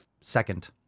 second